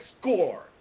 score